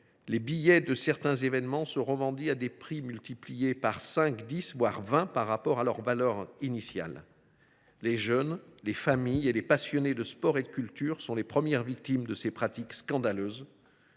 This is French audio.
Les billets de certains événements sont revendus à des prix multipliés par cinq, dix, voire vingt par rapport à leur valeur initiale. Les jeunes, les familles et les passionnés de sport et de culture sont les premières victimes de ces pratiques scandaleuses.